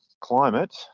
climate